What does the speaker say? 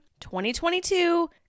2022